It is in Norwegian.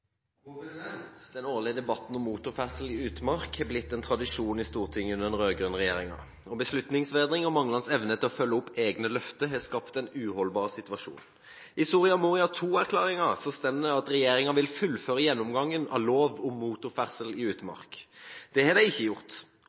blitt en tradisjon i Stortinget under den rød-grønne regjeringen. Beslutningsvegring og manglende evne til å følge opp egne løfter har skapt en uholdbar situasjon. I Soria Moria II-erklæringen står det at regjeringen vil fullføre gjennomgangen av lov om motorferdsel i utmark. Det har de ikke gjort.